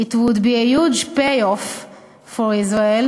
"It would be a huge payoff for Israel,